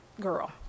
girl